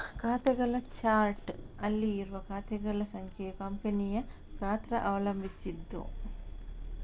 ಖಾತೆಗಳ ಚಾರ್ಟ್ ಅಲ್ಲಿ ಇರುವ ಖಾತೆಗಳ ಸಂಖ್ಯೆಯು ಕಂಪನಿಯ ಗಾತ್ರ ಅವಲಂಬಿಸಿದ್ದು